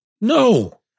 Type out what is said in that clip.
No